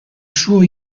suo